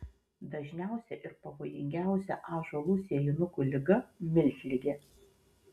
dažniausia ir pavojingiausia ąžuolų sėjinukų liga miltligė